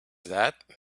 that